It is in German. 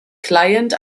client